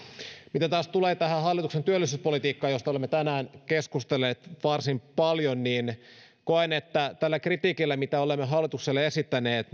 mitä taas tulee tähän hallituksen työllisyyspolitikkaan josta olemme tänään keskustelleet varsin paljon niin koen että tällä kritiikillä mitä olemme hallitukselle esittäneet